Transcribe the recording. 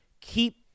keep